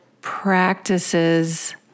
practices